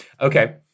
Okay